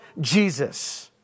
Jesus